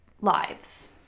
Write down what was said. lives